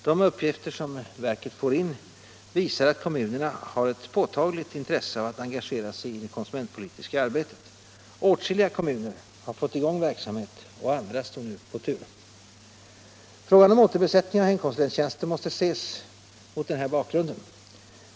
De uppgifter som verket får in visar att kommunerna nu har ett påtagligt intresse av att engagera sig i det konsumentpolitiska arbetet. Åtskilliga kommuner har fått i gång en verksamhet och andra står på tur. Frågan om = återbesättning av hemkonsulenttjänster måste ses mot den här bakgrunden.